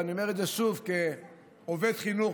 ואני אומר את זה שוב כעובד חינוך,